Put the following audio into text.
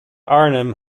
arnhem